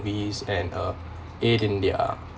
movies and uh aid in their